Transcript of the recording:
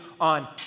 on